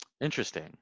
interesting